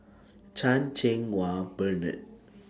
Chan Cheng Wah Bernard